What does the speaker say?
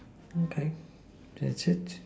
okay that's it